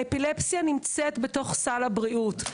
האפילפסיה נמצאת בתוך סל הבריאות.